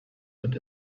wird